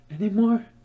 anymore